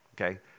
okay